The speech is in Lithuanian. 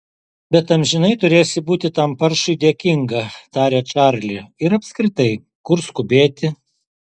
bet amžinai turėsi būti tam paršui dėkinga tarė čarli ir apskritai kur skubėti